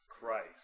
Christ